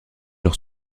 leur